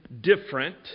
different